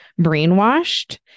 brainwashed